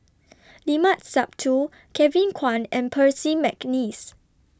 Limat Sabtu Kevin Kwan and Percy Mcneice